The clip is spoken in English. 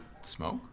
smoke